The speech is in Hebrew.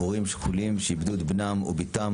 והורים שכולים המאבדים את בניהם או בנותיהם